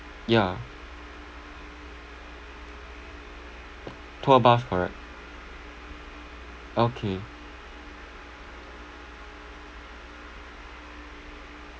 yeah tour bus correct okay